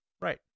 Right